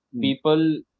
People